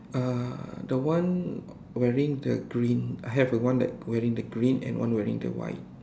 uh the one wearing the green have a one that wearing the green and one wearing the white